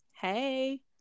Hey